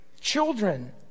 Children